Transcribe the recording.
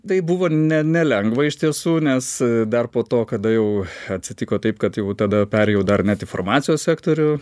tai buvo ne nelengva iš tiesų nes dar po to kada jau atsitiko taip kad jau tada perėjau dar net į farmacijos sektorių